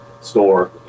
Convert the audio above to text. store